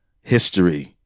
History